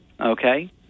Okay